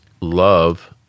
love